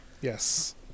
Yes